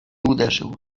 uderzył